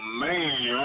man